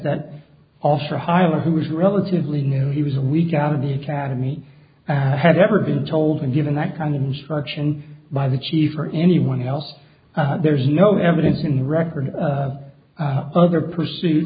that officer hyla who was relatively new he was a week out of the academy had ever been told and given that kind of instruction by the chief or anyone else there's no evidence in the record other pursuit